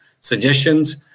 suggestions